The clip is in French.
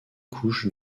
couche